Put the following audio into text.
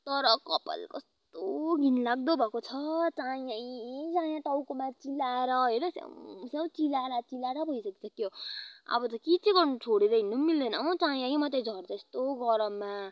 तर कपल कस्तो घिनलाग्दो भएको छ चायै चायाँ टाउकोमा चिलाएर हेर न स्याउ स्याउ चिलाएर चिलाएर भइसकिसक्यो अब त के चाहिँ गर्नु छोडेर हिड्नु पनि मिल्दैन हो चायै मात्रै झर्दैछ कस्तो गरममा